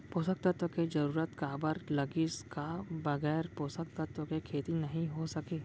पोसक तत्व के जरूरत काबर लगिस, का बगैर पोसक तत्व के खेती नही हो सके?